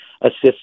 assist